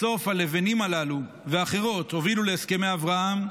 בסוף הלבנים האלו ואחרות הובילו להסכמי אברהם,